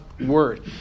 word